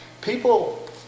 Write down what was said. people